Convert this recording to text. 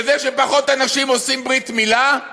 זה שפחות אנשים עושים ברית מילה,